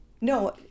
no